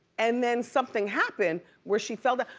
and then something happened where she fell down.